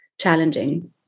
challenging